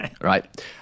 right